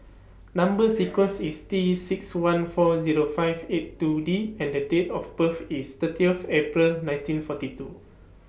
Number sequence IS T six one four Zero five eight two D and The Date of birth IS thirtieth April nineteen forty two